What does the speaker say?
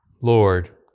Lord